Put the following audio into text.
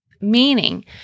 meaning